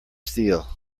steel